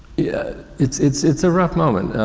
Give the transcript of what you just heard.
yeah, it's, it's it's a rough moment.